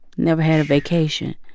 never had a vacation.